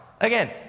again